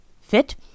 fit